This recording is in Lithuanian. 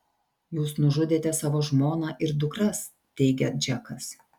jūs nužudėte savo žmoną ir dukras teigia džekas